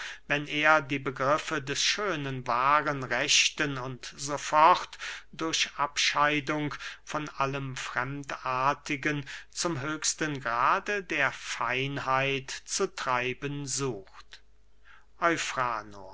wenn er die begriffe des schönen wahren rechten u s f durch abscheidung von allem fremdartigen zum höchsten grade der feinheit zu treiben sucht